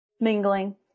mingling